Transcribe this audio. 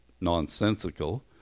nonsensical